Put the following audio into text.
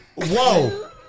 Whoa